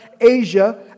Asia